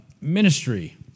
ministry